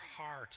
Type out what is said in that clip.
heart